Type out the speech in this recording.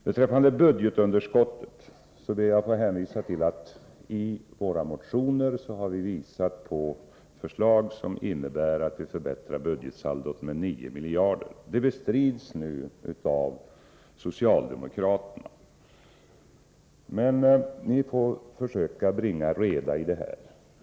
Beträffande budgetunderskottet ber jag att få hänvisa till att vi i våra motioner har redovisat förslag som innebär att vi skulle förbättra budgetsaldot med 9 miljarder kronor. Detta bestrids nu av socialdemokraterna. Men ni får försöka bringa reda i det här.